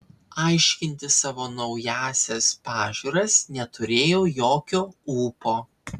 aiškinti savo naująsias pažiūras neturėjau jokio ūpo